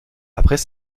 après